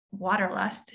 waterlust